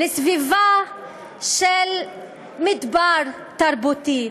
לסביבה של מדבר תרבותי.